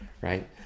right